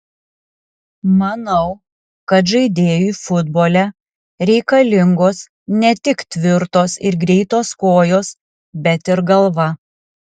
manau kad žaidėjui futbole reikalingos ne tik tvirtos ir greitos kojos bet ir galva